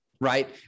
right